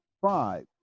five